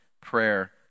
prayer